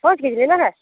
पाँच K G लेना है